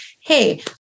Hey